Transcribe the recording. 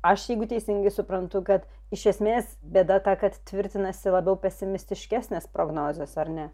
aš jeigu teisingai suprantu kad iš esmės bėda ta kad tvirtinasi labiau pesimistiškesnės prognozės ar ne